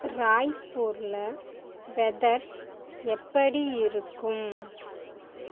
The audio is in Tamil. ராய்பூரில் வெதர் எப்படி இருக்கும்